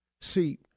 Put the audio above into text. See